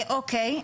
או.קיי.